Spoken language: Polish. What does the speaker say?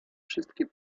wszystkie